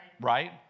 right